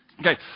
Okay